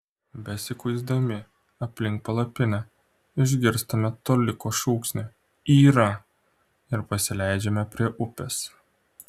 besikuisdami aplink palapinę išgirstame toliko šūksnį yra ir pasileidžiame prie upės